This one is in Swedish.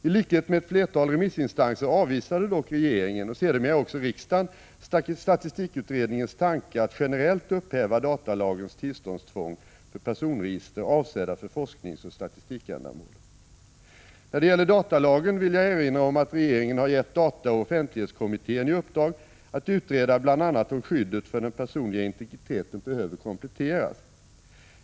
I likhet med ett flertal remissinstanser avvisade dock regeringen och sedermera också riksdagen statistikutredningens tanke att generellt upphäva datalagens tillståndstvång för personregister avsedda för forskningsoch statistikändamål. När det gäller datalagen vill jag erinra om att regeringen givit dataoch offentlighetskommittén i uppdrag att utreda bl.a. om skyddet för den personliga integriteten behöver kompletteras.